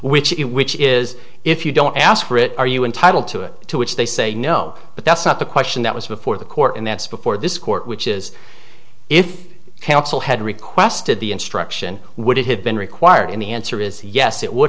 which it which is if you don't ask for it are you entitled to it to which they say no but that's not the question that was before the court and that's before this court which is if counsel had requested the instruction would it have been required in the answer is yes it would